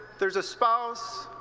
there's a spouse,